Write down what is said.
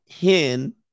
hen